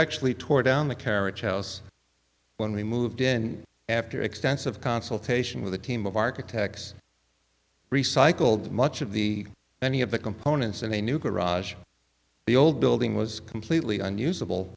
actually tore down the carriage house when we moved in after extensive consultation with a team of architects recycled much of the many of the components and a new garage the old building was completely unusable